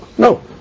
No